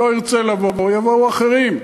לא ירצה לבוא, יבואו אחרים.